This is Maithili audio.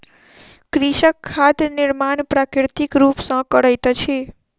कृषक खाद निर्माण प्राकृतिक रूप सॅ करैत अछि